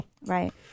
Right